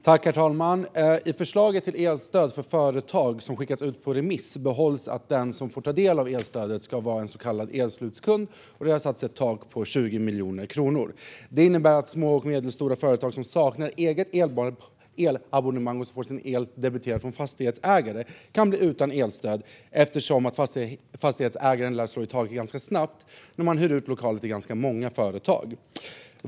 Herr talman! I förslaget till elstöd för företag, som skickats ut på remiss, framhålls att den som får ta del av elstödet ska vara en så kallad elslutskund, och det har satts ett tak på 20 miljoner kronor. Det innebär att små och medelstora företag som saknar eget elabonnemang och får sin el debiterad av fastighetsägare kan bli utan elstöd eftersom fastighetsägaren lär slå i taket ganska snabbt när man hyr ut lokaler till ganska många företag.